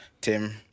Tim